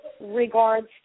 regards